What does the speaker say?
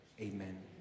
amen